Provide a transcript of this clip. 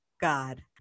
God